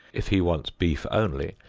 if he wants beef only,